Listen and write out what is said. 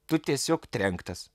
tu tiesiog trenktas